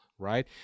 right